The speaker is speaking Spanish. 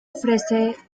ofrece